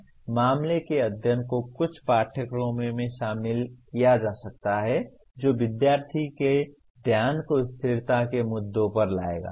मामले के अध्ययन को कुछ पाठ्यक्रमों में शामिल किया जा सकता है जो विद्यार्थियों के ध्यान को स्थिरता के मुद्दों पर लाएगा